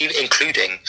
including